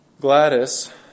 Gladys